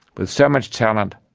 with so much talent,